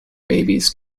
babies